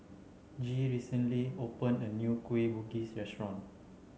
Gee recently opened a new Kueh Bugis restaurant